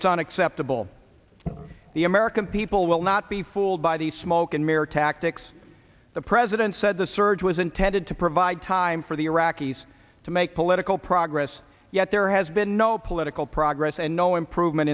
it's unacceptable the american people will not be fooled by the smoke and mirror tactics the president said the surge was intended to provide time for the iraqis to make political progress yet there has been no political progress and no improvement